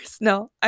No